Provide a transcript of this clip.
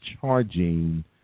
charging